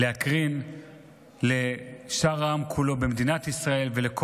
להקרין לשאר העם כולו במדינת ישראל ולכל